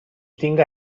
tinga